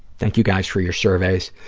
thank you, guys, for your surveys.